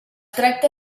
tracta